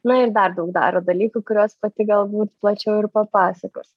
na ir dar daug daro dalykų kuriuos pati galbūt plačiau ir papasakos